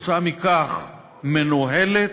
כתוצאה מכך היא מנוהלת,